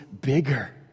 bigger